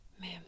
Ma'am